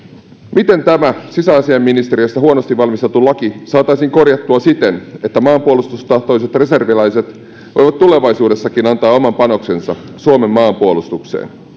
miten tämä sisäasiainministeriössä huonosti valmisteltu laki saataisiin korjattua siten että maanpuolustustahtoiset reserviläiset voivat tulevaisuudessakin antaa oman panoksensa suomen maanpuolustukseen